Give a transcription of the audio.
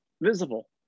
visible